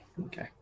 Okay